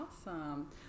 awesome